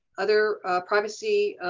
other privacy